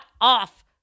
off